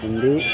Hindi